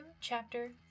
chapter